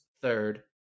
third